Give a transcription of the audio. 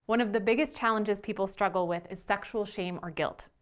one of the biggest challenges people struggle with is sexual shame or guilt.